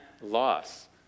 loss